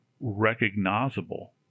recognizable